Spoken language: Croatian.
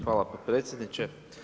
Hvala potpredsjedniče.